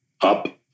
up